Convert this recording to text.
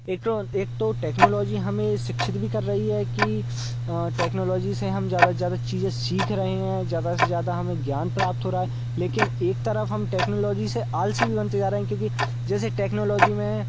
एक तो एक तो टेक्नोलॉजी हमें शिक्षित भी कर रही है कि टेक्नोलॉजी से हम ज़्यादा से ज़्यादा चीज़ें सीख रहे हैं ज़्यादा से ज़्यादा हमें ज्ञान प्राप्त हो रहा है लेकिन एक तरफ हम टेक्नोलॉजी से आलसी भी बनते जा रहे हैं क्योंकि जैसे टेक्नोलॉजी में